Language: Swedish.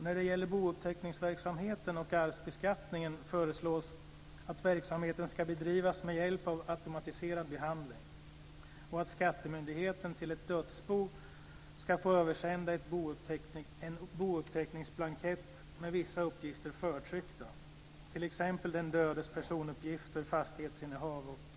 När det gäller bouppteckningsverksamheten och arvsbeskattningen föreslås att verksamheten ska bedrivas med hjälp av automatiserad behandling och att skattemyndigheten till ett dödsbo ska få översända en bouppteckningsblankett med vissa uppgifter förtryckta, t.ex.